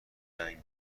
رنگ